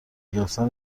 گرفتن